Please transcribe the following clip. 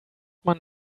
man